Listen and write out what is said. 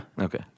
Okay